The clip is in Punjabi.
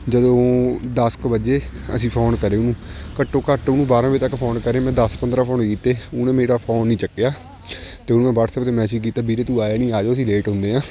ਜਦੋਂ ਦਸ ਕੁ ਵਜੇ ਅਸੀਂ ਫੋਨ ਕਰੇ ਉਹਨੂੰ ਘੱਟੋ ਘੱਟ ਉਹਨੂੰ ਬਾਰਾਂ ਵਜੇ ਤੱਕ ਫੋਨ ਕਰੇ ਮੈਂ ਦਸ ਪੰਦਰਾਂ ਫੋਨ ਕੀਤੇ ਉਹਨੇ ਮੇਰਾ ਫੋਨ ਨਹੀਂ ਚੱਕਿਆ ਅਤੇ ਉਹਨੂੰ ਮੈਂ ਵਟਸਐਪ 'ਤੇ ਮੈਸੇਜ ਕੀਤੇ ਵੀਰੇ ਤੂੰ ਆਇਆ ਨਹੀਂ ਆ ਜਾਉ ਅਸੀਂ ਲੇਟ ਹੁੰਦੇ ਹਾਂ